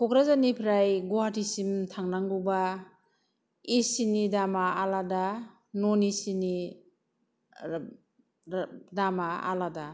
कक्राझारनिफ्राय गुवाहाटीसिम थांनांगौबा ए सिनि दामा आलादा नन ए सिनि ओ ओ दामा आलादा